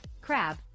crab